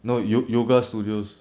no yo~ yoga studios